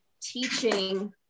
teaching